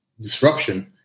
disruption